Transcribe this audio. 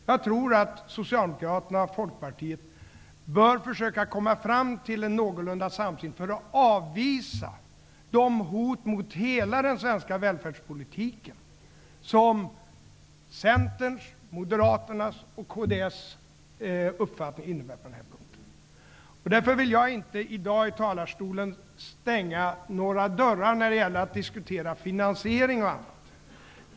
Jag tror att Socialdemokraterna och Folkpartiet bör försöka komma fram till en någorlunda samsyn för att avvisa de hot mot hela den svenska välfärdspolitiken som Centerns, Moderaternas och Kristdemokraternas uppfattning innebär på den här punkten. Därför vill jag inte i dag i talarstolen stänga några dörrar när det gäller att diskutera finansiering och annat.